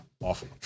Awful